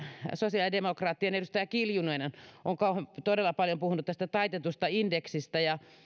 sosiaalidemokraattien edustaja kiljunen on todella paljon puhunut taitetusta indeksistä mutta